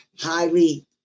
highly